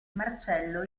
marcello